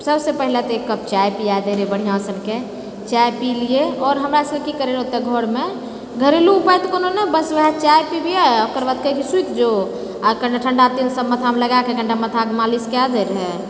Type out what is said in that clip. सबसँ पहिले तऽ एक कप चाय पियै दै रहै बढ़िआँसँ चाय पी लियै आओर हमरा सबके की करै रहै घरमे घरेलु उपाय तऽ कोनो ने बस ओएह चाय पिबियै ओकर बाद कहै जे सुति जो आ कने ठण्डा तेलसँ मथामे लगाएके कनीटा मथाके मालिश कए दै रहै